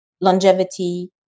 longevity